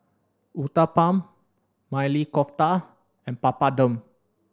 Uthapam Maili Kofta and Papadum